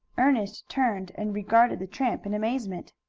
ernest turned and regarded the tramp in amazement.